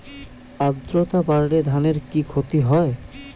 আদ্রর্তা বাড়লে ধানের কি ক্ষতি হয়?